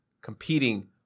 competing